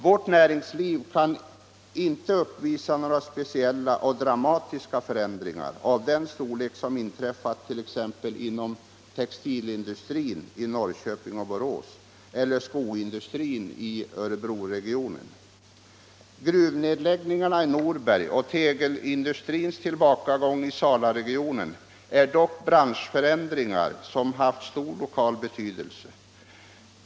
Vårt näringsliv kan inte uppvisa några speciella och dramatiska förändringar av den storlek som inträffat t.ex. inom textilindustrin i Norrköping och Borås, eller skoindustrin i Örebroregionen. Gruvnedläggningarna i Norberg och tegelindustrins tillbakagång i Salaregionen är dock branschförändringar som haft stor lokal betydelse.